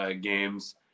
games